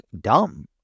dumb